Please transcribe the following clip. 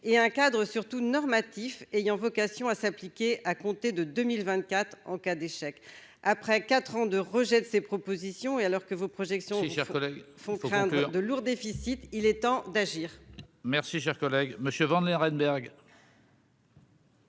et un cadre surtout normatif ayant vocation à s'appliquer à compter de 2024 en cas d'échec après 4 ans de rejet de ses propositions et alors que vos projections du chef font craindre de lourds déficits, il est temps d'agir. Merci, cher collègue Monsieur Wagner Arenberg.